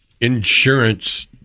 insurance